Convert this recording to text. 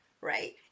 Right